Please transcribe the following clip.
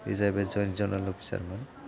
बियो जाहैबाय joint general अफिसारमोन